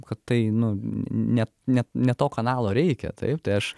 kad tai nu ne ne ne to kanalo reikia taip tai aš